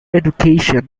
education